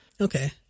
okay